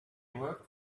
worked